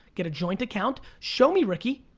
get a joint account. show me ricky.